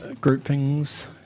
groupings